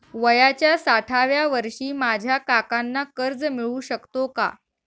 वयाच्या साठाव्या वर्षी माझ्या काकांना कर्ज मिळू शकतो का?